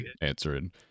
answering